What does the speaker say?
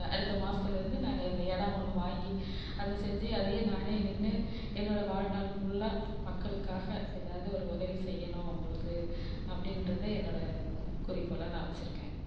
அடுத்த மாதத்துலேருந்து நாங்கள் எங்கள் இடம் ஒன்று வாங்கி அதை செஞ்சு அதையே நானே நின்று என்னோட வாழ்நாள் ஃபுல்லாக மக்களுக்காக எதாவது ஒரு உதவி செய்யணும் அவங்களுக்கு அப்படின்றத என்னோட குறிக்கோளாக நான் வச்சுருக்கேன்